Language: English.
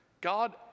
God